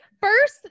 first